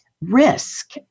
risk